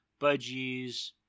budgies